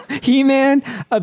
He-Man